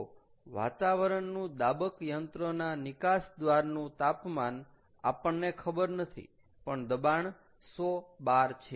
તો વાતાવરણનું દાબક યંત્રના નિકાસ દ્વારનું તાપમાન આપણને ખબર નથી પણ દબાણ 100 bar છે